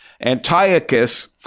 Antiochus